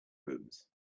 rooms